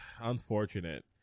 unfortunate